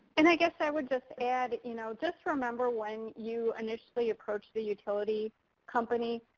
and i guess i would just add, you know just remember when you initially approach the utility company,